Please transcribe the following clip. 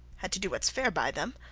had to do whats fair by them,